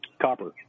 copper